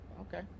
okay